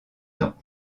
temps